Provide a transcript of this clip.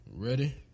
Ready